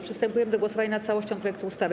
Przystępujemy do głosowania nad całością projektu ustawy.